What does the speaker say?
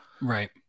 Right